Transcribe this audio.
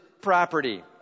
property